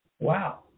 Wow